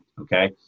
okay